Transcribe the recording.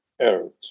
Earth